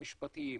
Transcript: המשפטיים,